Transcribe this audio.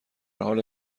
حال